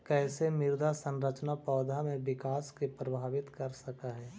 कईसे मृदा संरचना पौधा में विकास के प्रभावित कर सक हई?